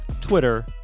Twitter